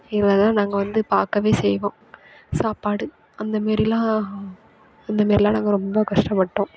இதில் தான் நாங்கள் வந்து பார்க்கவே செய்வோம் சாப்பாடு அந்த மாரில்லாம் அந்த மாரில்லாம் நாங்கள் ரொம்ப கஷ்டப்பட்டோம்